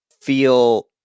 feel